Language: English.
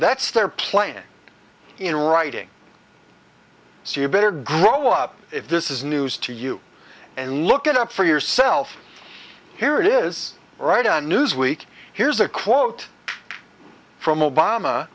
that's their plan in writing so you better grow up if this is news to you and look it up for yourself here it is right on newsweek here's a quote from